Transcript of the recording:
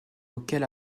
auquel